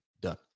done